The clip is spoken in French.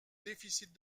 déficit